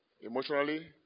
emotionally